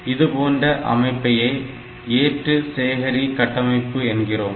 இதுபோன்ற அமைப்பையே ஏற்று சேகரி கட்டமைப்பு என்கிறோம்